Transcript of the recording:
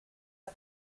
are